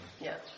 Yes